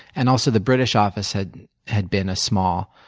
and, also, the british office had had been a small,